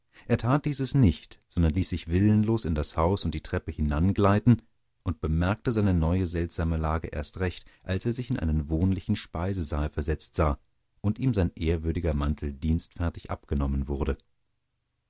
er tat dieses nicht sondern ließ sich willenlos in das haus und die treppe hinangeleiten und bemerkte seine neue seltsame lage erst recht als er sich in einen wohnlichen speisesaal versetzt sah und ihm sein ehrwürdiger mantel dienstfertig abgenommen wurde